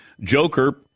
Joker